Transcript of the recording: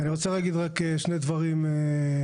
אני רוצה להגיד רק שני דברים כלליים.